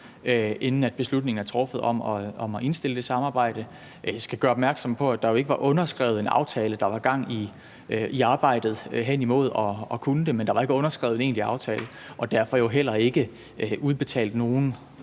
inden beslutningen er truffet om at indstille det samarbejde. Jeg skal gøre opmærksom på, at der jo ikke var underskrevet en aftale; der var gang i arbejdet hen imod at kunne det, men der var ikke underskrevet en egentlig aftale og derfor heller ikke udbetalt nogen